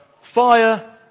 fire